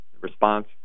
response